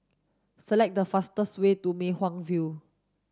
select the fastest way to Mei Hwan View